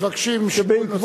מבקשים שיקול נוסף,